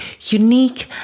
unique